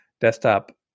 desktop